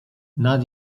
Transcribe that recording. nad